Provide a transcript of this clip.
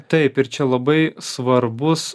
taip ir čia labai svarbus